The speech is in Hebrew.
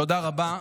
תודה רבה.